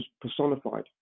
personified